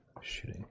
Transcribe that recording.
shooting